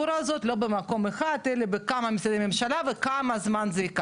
ושל מנכ"ל משרד הפנים לכך שרשות האוכלוסין זה לא רק